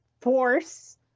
force